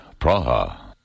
Praha